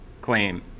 claim